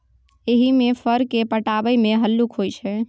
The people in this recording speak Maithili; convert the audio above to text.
एहिमे फर केँ पटाएब मे हल्लुक होइ छै